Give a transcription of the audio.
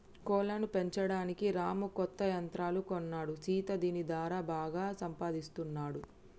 కోళ్లను పెంచడానికి రాము కొత్త యంత్రాలు కొన్నాడు సీత దీని దారా బాగా సంపాదిస్తున్నాడు